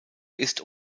ist